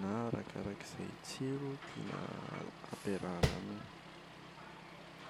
na arakarak’izay tsiro tiana ampiarahana aminy